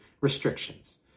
restrictions